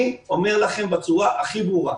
אני אומר לכם בצורה הכי ברורה,